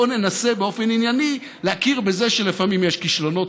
בוא ננסה באופן ענייני להכיר בזה שלפעמים יש כישלונות.